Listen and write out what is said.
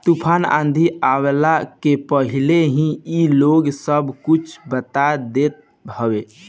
तूफ़ान आंधी आवला के पहिले ही इ लोग सब कुछ बता देत हवे